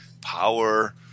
power